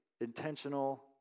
intentional